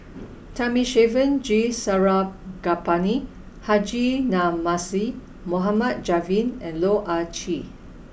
Thamizhavel G Sarangapani Haji Namazie Mohd Javad and Loh Ah Chee